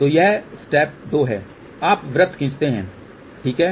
तो यह स्टेप दो है आप वृत्त खींचते हैं ठीक है